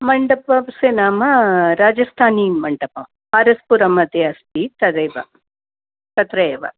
मण्डपस्य नाम राजस्थानीमण्टपः पारस्पुरं मध्ये अस्ति तदेव तत्र एव